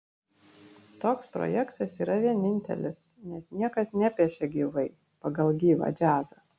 toks projektas yra vienintelis nes niekas nepiešia gyvai pagal gyvą džiazą